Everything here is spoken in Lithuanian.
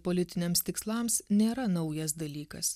politiniams tikslams nėra naujas dalykas